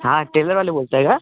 हां टेलरवाले बोलताय का